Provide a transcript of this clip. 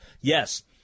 Yes